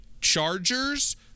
Chargers